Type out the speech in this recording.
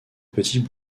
petits